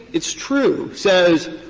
it's true, says,